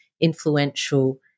influential